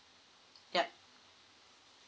yup